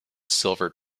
silver